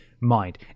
mind